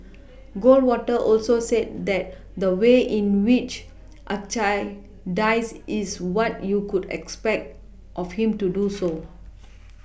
Goldwater also said that the way in which Archie dies is what you could expect of him to do so